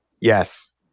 Yes